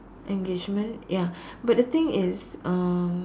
engagement ya but the thing is uh